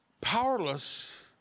powerless